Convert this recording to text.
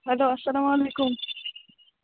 hello اَسلام علیکُم